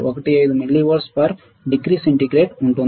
15 millivolt per degree centigrade ఉంటుంది